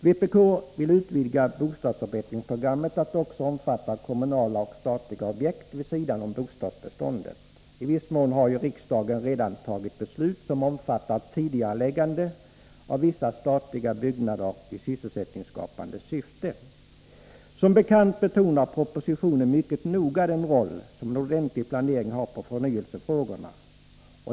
Vpk vill utvidga bostadsförbättringsprogrammet till att omfatta också kommunala och statliga objekt vid sidan av bostadsbeståndet. I viss mån har riksdagen redan fattat beslut som omfattar tidigareläggande av vissa statliga byggnader i sysselsättningsskapande syfte. Som bekant betonas i propositionen mycket noga den roll som en ordentlig planering har för förnyelsefrågorna.